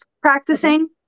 practicing